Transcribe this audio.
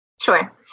Sure